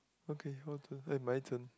okay your turn eh my turn